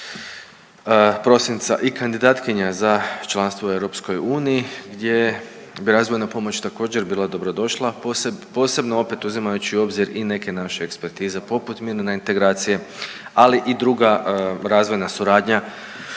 prosinca i kandidatkinja za članstvo u EU gdje bi razvojna pomoć također bila dobrodošla posebno, opet uzimajući u obzir i neke naše ekspertize poput mirne reintegracije ali i druga razvojna suradnja